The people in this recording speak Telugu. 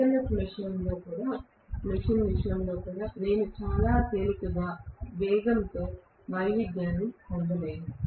సింక్రోనస్ మెషీన్ విషయంలో నేను చాలా తేలికగా వేగంతో వైవిధ్యాన్ని పొందలేను